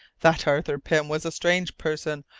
that arthur pym was a strange person,